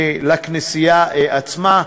לכנסייה עצמה,